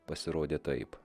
pasirodė taip